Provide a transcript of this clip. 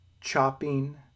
chopping